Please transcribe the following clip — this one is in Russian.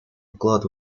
вклад